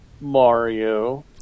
Mario